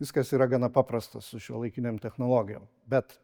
viskas yra gana paprasta su šiuolaikinėm technologijom bet